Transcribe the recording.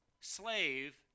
slave